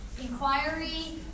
inquiry